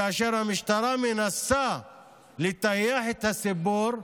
כאשר המשטרה מנסה לטייח את הסיפור,